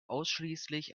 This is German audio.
ausschließlich